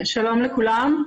שלום לכולם.